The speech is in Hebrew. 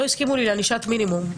לא הסכימו לי לענישת מינימום.